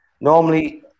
Normally